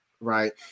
right